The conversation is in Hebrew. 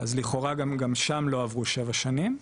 אז לכאורה גם שם לא עברו שבע שנים.